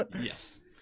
yes